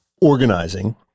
organizing